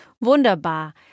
Wunderbar